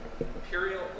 Imperial